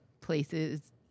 places